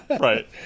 Right